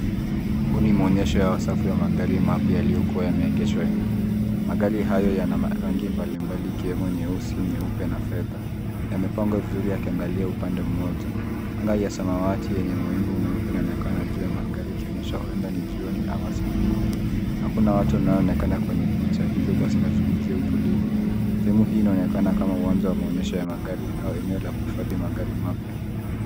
Huu ni mwonyesho wa safu ya magari mapya yaliyokuwa yameegeshwa nje. Magari hayo yana rangi malimbali ikiwemo nyeusi, nyeupe na fedha. Yamepangwa vizuri yakiangalia upande mmoja. Anga ya samawati yenye mawingu meupe inaonekana juu ya magari ikionyesha huenda ni jioni au asubuhi. Hakuna watu wanaonekana kwenye picha hivi basi inazungumzia utulivu. Sehemu hii inaonekana kama uwanja wa maonyesho ya magari au eneo la kuhifadhi magari mapya.